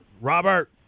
Robert